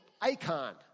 icon